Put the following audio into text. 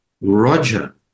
Roger